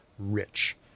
rich